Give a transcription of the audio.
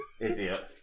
idiot